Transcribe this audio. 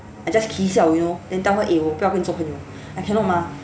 I just kee siao you know then tell her eh 我不要跟你做朋友 I cannot mah